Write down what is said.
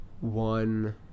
one